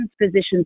physicians